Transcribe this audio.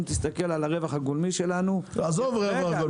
תסתכל על הרווח הגולמי שלנו עזוב רווח גולמי.